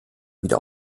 wieder